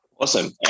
Awesome